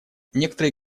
некоторые